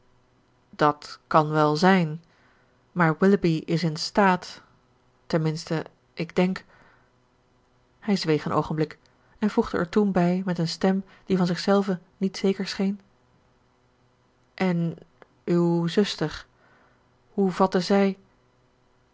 dat kan wel zijn maar willoughby is in staat ten minste ik denk hij zweeg een oogenblik en voegde er toen bij met een stem die van zich zelve niet zeker scheen en uw zuster hoe vatte zij